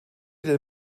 der